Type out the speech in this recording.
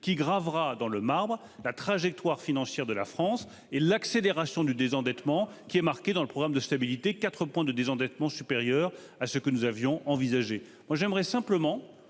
qui gravas dans le marbre la trajectoire financière de la France et l'accélération du désendettement qui est marqué dans le programme de stabilité 4 points de désendettement supérieure à ce que nous avions envisagé.